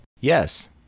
Yes